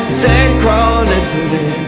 synchronicity